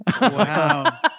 Wow